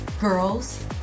Girls